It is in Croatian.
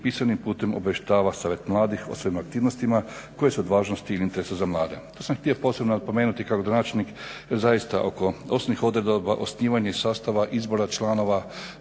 pisanim putem obavještava Savjet mladih o svim aktivnostima koji su od važnosti ili interesa za mlade. Pa sam htio posebno napomenuti kao gradonačelnik zaista oko osnovnih odredaba osnivanja i sastava izbora članova